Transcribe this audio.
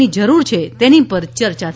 ની જરૂર છે તેની પર ચર્ચા થશે